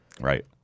Right